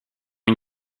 une